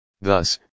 thus